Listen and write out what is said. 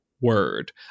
word